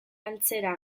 antzera